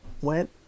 went